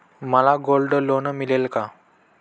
मला gold loan मिळेल का?